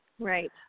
Right